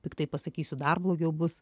piktai pasakysiu dar blogiau bus